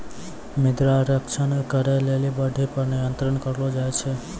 मृदा संरक्षण करै लेली बाढ़ि पर नियंत्रण करलो जाय छै